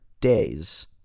days